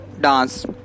Dance